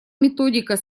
методика